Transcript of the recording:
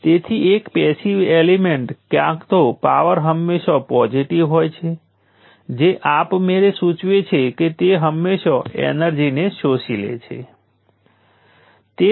તેથી ઘણા ચલો છે પરંતુ હું અહીં પાવર અવક્ષેપિત અને ઉત્પન્ન કરવા વિશે એક મુદ્દો બનાવવાનો પ્રયાસ કરી રહ્યો છું